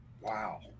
Wow